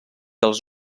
els